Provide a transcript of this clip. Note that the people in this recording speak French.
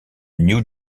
new